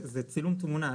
זה צילום תמונה.